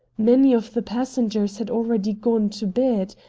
many of the passengers had already gone to bed.